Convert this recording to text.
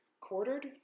quartered